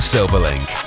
Silverlink